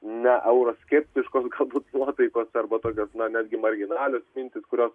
neeuroskeptiškos galbūt nuotaikos arba tokios na netgi marginalios mintys kurios